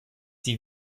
die